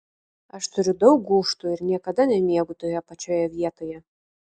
aš turiu daug gūžtų ir niekada nemiegu toje pačioje vietoje